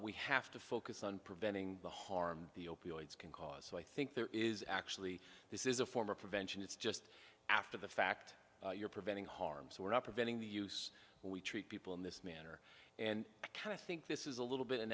we have to focus on preventing the harm the opioids can cause so i think there is actually this is a former prevention it's just after the fact you're preventing harm so we're not preventing the use we treat people in this manner and can i think this is a little bit